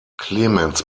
clemens